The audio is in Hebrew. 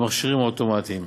במכשירים האוטומטיים